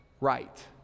right